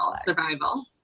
survival